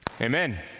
Amen